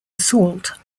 assault